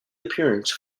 appearance